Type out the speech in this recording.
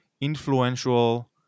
influential